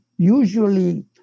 Usually